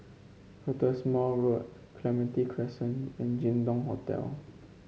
Cottesmore Road Clementi Crescent and Jin Dong Hotel